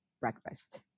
breakfast